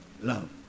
Love